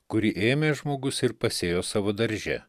kuri ėmė žmogus ir pasėjo savo darže